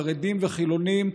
חרדים וחילונים,